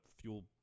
fuel